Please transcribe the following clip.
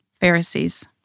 Pharisees